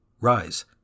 Rise